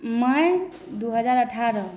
मइ दू हजार अठारह